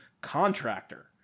contractor